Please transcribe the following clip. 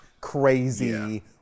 crazy